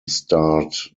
starred